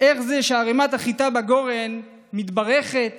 איך זה שערמת החיטה בגורן מתברכת